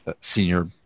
senior